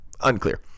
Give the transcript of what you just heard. Unclear